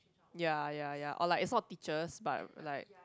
ya ya ya or like it's not teachers but like